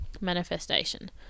manifestation